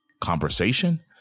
conversation